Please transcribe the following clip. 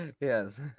Yes